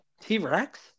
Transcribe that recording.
T-Rex